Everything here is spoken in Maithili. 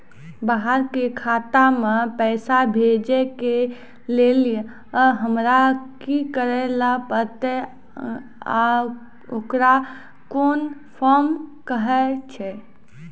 बाहर के खाता मे पैसा भेजै के लेल हमरा की करै ला परतै आ ओकरा कुन फॉर्म कहैय छै?